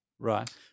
Right